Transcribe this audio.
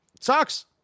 sucks